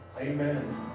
Amen